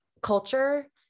culture